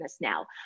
now